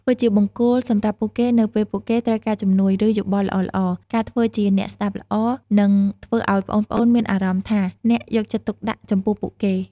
ធ្វើជាបង្គោលសម្រាប់ពួកគេនៅពេលពួកគេត្រូវការជំនួយ ឬយោបល់ល្អៗ ការធ្វើជាអ្នកស្ដាប់ល្អ នឹងធ្វើឱ្យប្អូនៗមានអារម្មណ៍ថាអ្នកយកចិត្តទុកដាក់ចំពោះពួកគេ ។